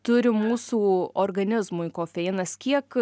turi mūsų organizmui kofeinas kiek